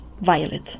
Violet